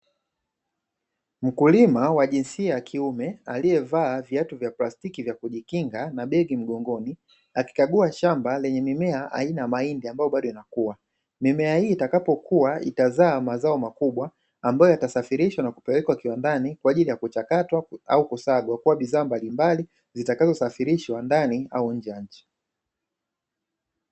Mkulima wa jinsia ya kiume, aliyevaa viatu vya plastiki vya kujinga na begi mgongoni, akikagua shamba lenye mimea aina ya mahindi ambayo bado inakua. Mimea hii itakapokua itazaa mazao makubwa ambayo yatasafirishwa na kupelekwa kiwandani kwa ajili ya kuchakatwa au kusagwa kuwa bidhaa mbalimbali, zitakazosafirishwa ndani au nje ya nchi.